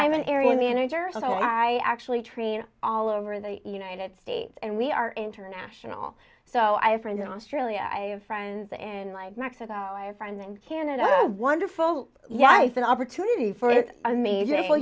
i'm an area in the manager so i actually train all over the united states and we are international so i have friends in australia i have friends in like mexico i have friends in canada wonderful yes an opportunity for an amazing